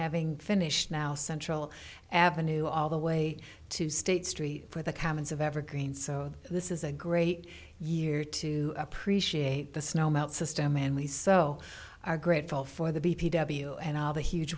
having finished now central avenue all the way to state street for the comments of evergreen so this is a great year to appreciate the snow melt system and we so are grateful for the b p w and all the huge